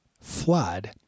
flood